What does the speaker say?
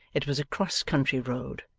it was a cross-country road,